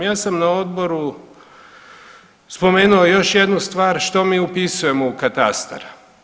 Ja sam na odboru spomenuo još jednu stvar što mi upisujemo u katastar?